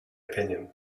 opinion